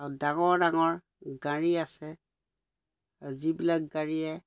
আৰু ডাঙৰ ডাঙৰ গাড়ী আছে যিবিলাক গাড়ীয়ে